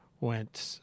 went